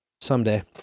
Someday